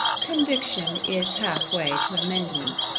conviction is half way to amendment.